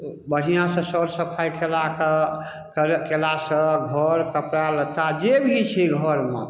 बढ़िआँ सँ सऽर सफाइ कयलाके कर कयलासँ घर कपड़ा लत्ता जे भी छै घरमे